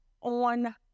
on